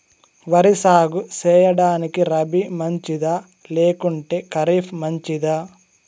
వరి సాగు సేయడానికి రబి మంచిదా లేకుంటే ఖరీఫ్ మంచిదా